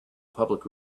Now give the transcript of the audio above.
public